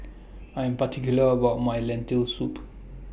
I Am particular about My Lentil Soup